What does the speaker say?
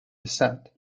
descent